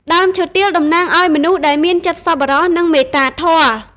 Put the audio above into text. ដើមឈើទាលតំណាងឲ្យមនុស្សដែលមានចិត្តសប្បុរស និងមេត្តាធម៌។